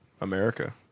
America